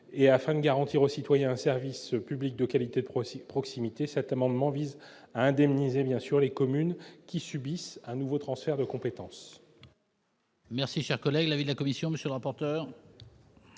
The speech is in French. afin de garantir aux citoyens un service public de proximité de qualité, cet amendement vise à indemniser les communes qui subissent un nouveau transfert de compétences.